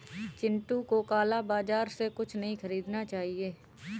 चिंटू को काला बाजार से कुछ नहीं खरीदना चाहिए